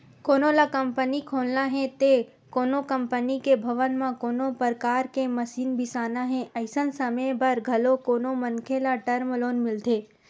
कोनो ल कंपनी खोलना हे ते कोनो कंपनी के भवन म कोनो परकार के मसीन बिसाना हे अइसन समे बर घलो कोनो मनखे ल टर्म लोन मिलथे